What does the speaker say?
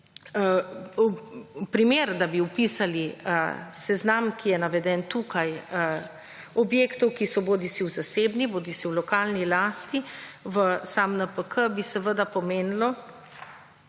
Primer, da bi vpisali v seznam, ki je naveden tukaj objektov, ki so bodisi v zasebni, lokalni lasti v sam NPK bi seveda pomenilo,